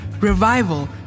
revival